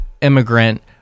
immigrant